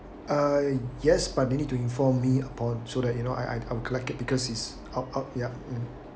uh yes but you need to inform me upon so that you know I I will collect it because it's out out ya mm